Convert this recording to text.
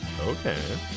Okay